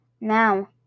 Now